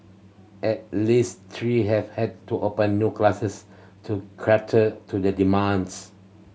at least three have had to open new classes to cater to the demands